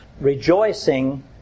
rejoicing